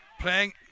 playing